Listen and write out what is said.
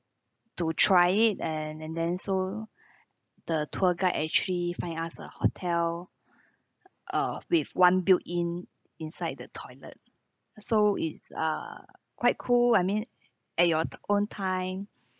to try it and and then so the tour guide actually find ask a hotel uh with one built-in inside the toilet so it's uh quite cool I mean at your own time